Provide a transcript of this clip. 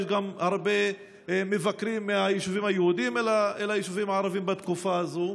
יש הרבה מבקרים מהיישובים היהודיים ביישובים הערביים בתקופה הזאת.